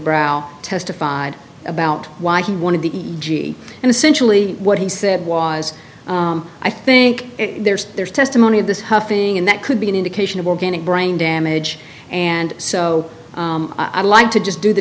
brow testified about why he wanted the g and essentially what he said was i think there's there's testimony of this huffing and that could be an indication of organic brain damage and so i'd like to just do the